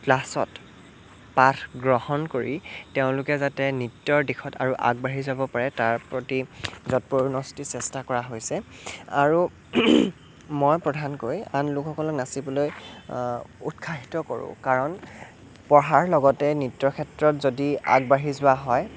ক্লাছত পাঠ গ্ৰহণ কৰি তেওঁলোকে যাতে নৃত্যৰ দিশত আৰু আগবাঢ়ি যাব পাৰে তাৰ প্ৰতি যৎপৰোনাস্তি চেষ্টা কৰা হৈছে আৰু মই প্ৰধানকৈ আন লোকসকলক নাচিবলৈ উৎসাহিত কৰোঁ কাৰণ পঢ়াৰ লগতে নৃত্যৰ ক্ষেত্ৰত যদি আগবাঢ়ি যোৱা হয়